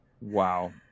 Wow